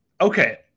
Okay